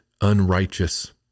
unrighteous